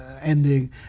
ending